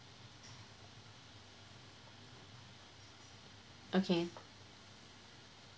okay